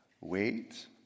wait